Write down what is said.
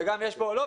לא,